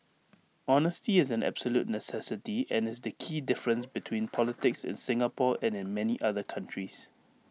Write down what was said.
honesty is an absolute necessity and is the key difference between politics in Singapore and in many other countries